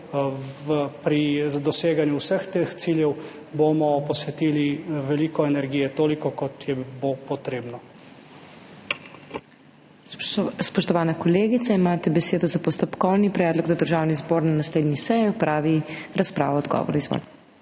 pri doseganju vseh teh ciljev bomo posvetili veliko energije, toliko, kot bo potrebno.